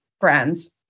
brands